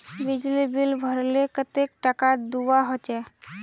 बिजली बिल भरले कतेक टाका दूबा होचे?